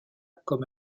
comme